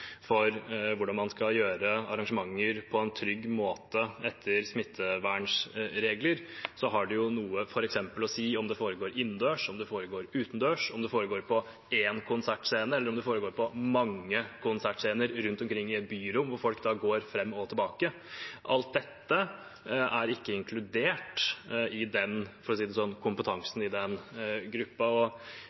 for hvordan man skal gjøre arrangementer på en trygg måte etter smittevernregler, har det f.eks. noe å si om det foregår innendørs, om det foregår utendørs, om det foregår på én konsertscene eller om det foregår på mange konsertscener rundt omkring i et byrom, hvor folk da går fram og tilbake. Alt dette er ikke inkludert i – for å si det sånn – kompetansen i den